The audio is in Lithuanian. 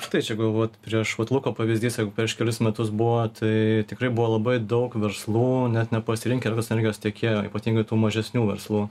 štai čia gal vot prieš vat luko pavyzdys jeigu prieš kelis metus buvo tai tikrai buvo labai daug verslų net nepasirinkę elektros energijos tiekėjo ypatingai tų mažesnių verslų